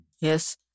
Yes